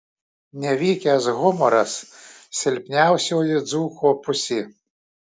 nevykęs humoras silpniausioji dzūko pusė